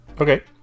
okay